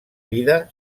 vida